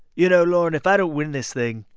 you know, lorne, if i don't win this thing,